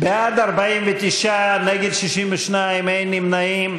בעד, 49, נגד, 62, אין נמנעים.